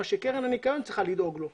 מה שקרן הניקיון צריכה לדאוג להן.